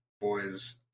Boys